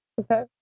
Okay